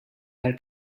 dar